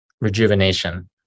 rejuvenation